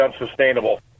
unsustainable